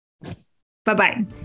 Bye-bye